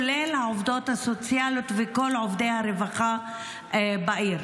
כולל העובדות הסוציאליות וכל עובדי הרווחה בעיר.